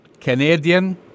Canadian